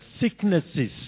sicknesses